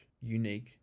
unique